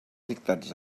dictats